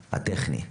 הטכני.